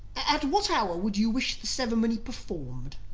at what hour would you wish the ceremony performed?